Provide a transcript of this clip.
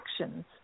actions